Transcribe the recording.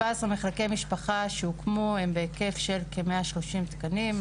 17 מחלקי משפחה שהוקמו הם בהיקף של כ-130 תקנים,